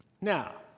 Now